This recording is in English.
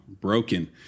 Broken